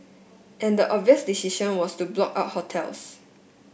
and the obvious decision was to blow out hotels